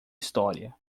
história